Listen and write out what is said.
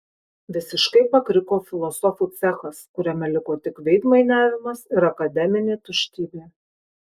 visiškai pakriko filosofų cechas kuriame liko tik veidmainiavimas ir akademinė tuštybė